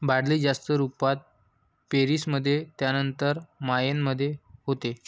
barley जास्त रुपात पेरीस मध्ये त्यानंतर मायेन मध्ये होते